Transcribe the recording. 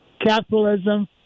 capitalism